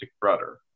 brother